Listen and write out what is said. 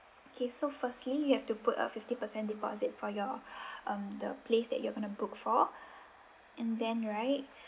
okay so firstly you have to put a fifty percent deposit for your um the place that you gonna book for and then right